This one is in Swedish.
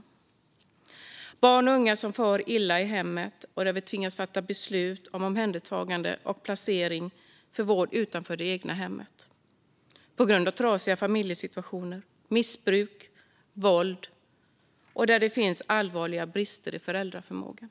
Det handlar om barn och unga som far illa i hemmet och där vi tvingas fatta beslut om omhändertagande och placering för vård utanför det egna hemmet på grund av trasiga familjesituationer, missbruk, våld eller allvarliga brister i föräldraförmågan.